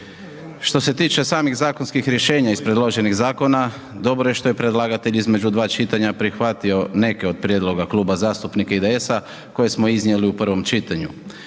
Što se tiče samih zakonskih rješenje iz predloženih zakona, dobro je što je predlagatelj između dva čitanja prihvatio neke od prijedloga Kluba zastupnika IDS-a koje smo iznijeli u prvom čitanju.